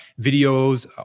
videos